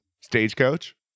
Stagecoach